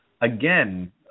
Again